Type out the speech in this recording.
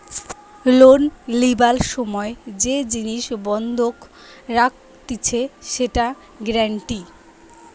loan লিবার সময় যে জিনিস বন্ধক রাখতিছে সেটা গ্যারান্টি